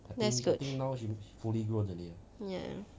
that's good ya